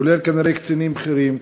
כולל כנראה קצינים בכירים,